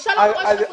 האישה לא דורשת הפרדה.